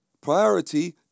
Priority